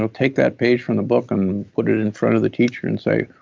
take that page from the book and put it in front of the teacher and say,